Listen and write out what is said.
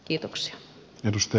arvoisa puhemies